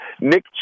Nick